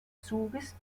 zuges